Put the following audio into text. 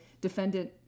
defendant